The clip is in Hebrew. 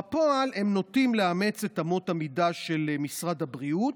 בפועל הם נוטים לאמץ את אמות המידה של משרד הבריאות,